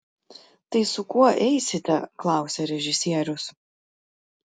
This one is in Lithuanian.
tai su kuo eisite klausia režisierius